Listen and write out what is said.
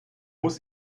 muss